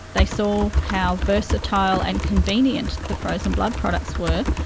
they saw how versatile and convenient the frozen blood products were.